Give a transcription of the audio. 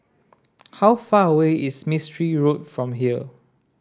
how far away is Mistri Road from here